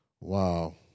Wow